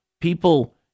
people